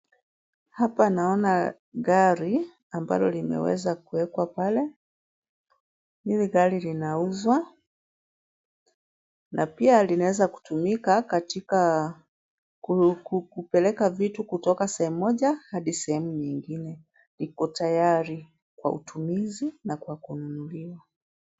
Hapa naona gari ambalo limeweza kuwekwa pale, hili gari linauzwa na pia linaweza kutumika katika kupeleka vitu kutoka sehemu moja hadi sehemu nyingine, iko tayari kwa utumizi na kwa kununuliwa.